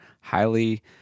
highly